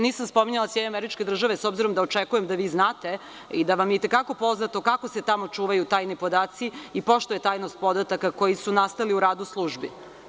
Nisam spominjala SAD, s obzirom da očekujem da vi znate i da vam je itekako poznato kako se tamo čuvaju tajni podaci i poštuje tajnost podataka koji su nastali u radu službi.